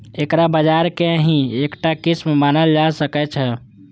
एकरा बाजार के ही एकटा किस्म मानल जा सकै छै